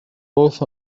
both